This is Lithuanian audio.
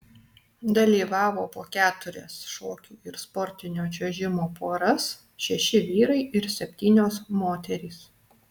dalyvavo po keturias šokių ir sportinio čiuožimo poras šeši vyrai ir septynios moterys